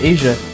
Asia